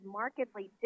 markedly